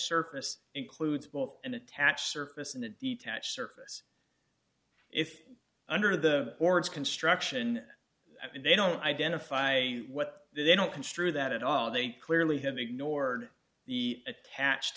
surface includes both and attached surface in a detached surface if under the boards construction i mean they don't identify what they don't construe that at all they clearly have ignored the attached